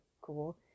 cool